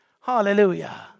hallelujah